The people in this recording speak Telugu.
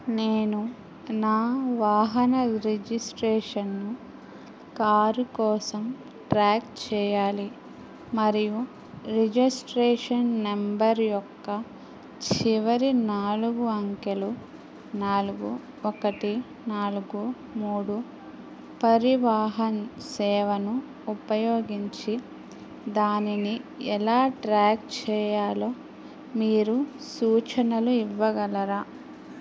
నేను నా వాహన రిజిస్ట్రేషన్ను కారు కోసం ట్రాక్ చేయాలి మరియు రిజిస్ట్రేషన్ నెంబర్ యొక్క చివరి నాలుగు అంకెలు నాలుగు ఒకటి నాలుగు మూడు పరివాహన్ సేవను ఉపయోగించి దానిని ఎలా ట్రాక్ చేయాలో మీరు సూచనలు ఇవ్వగలరా